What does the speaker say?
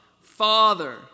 Father